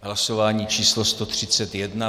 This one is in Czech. Hlasování číslo 131.